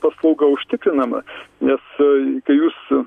paslauga užtikrinama nes kai jūs jūs